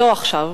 לא עכשיו.